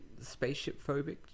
spaceship-phobic